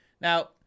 Now